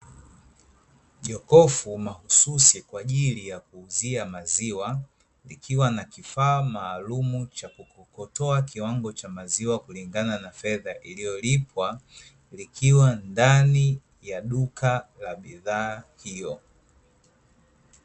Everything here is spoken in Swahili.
Jokofu mahususi kwa ajili ya kuuzia maziwa, likiwa na kifaa maalumu cha kukokotoa kiwango cha maziwa kulingana na fedha iliyolipwa, likiwa ndani ndani ya duka la bidhaa hiyo.